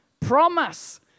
promise